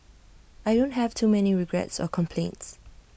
I don't have too many regrets or complaints